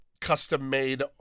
custom-made